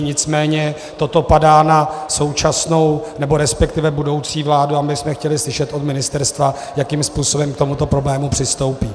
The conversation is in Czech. Nicméně toto padá na současnou nebo resp. budoucí vládu a my bychom chtěli slyšet od ministerstva, jakým způsobem k tomuto problému přistoupí.